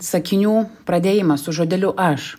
sakinių pradėjimas su žodeliu aš